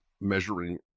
measuring